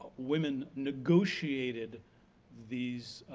women negotiated these